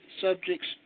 subjects